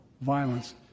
violence